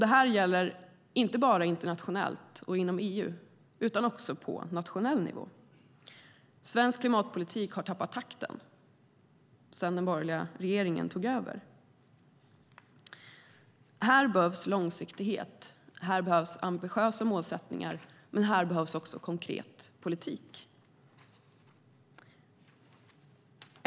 Detta gäller inte bara internationellt och inom EU utan också på nationell nivå. Svensk klimatpolitik har tappat takten sedan den borgerliga regeringen tog över. Här behövs långsiktighet, och här behövs ambitiösa målsättningar - men här behövs också konkret politik.